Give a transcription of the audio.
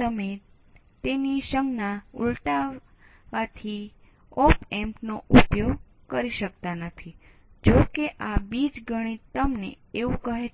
તેના બદલે આપણે જે કરવાનું છે તે એ છે કે આપણે જાણીએ છીએ કે આ ઓપ એમ્પ R2 અને R1 છે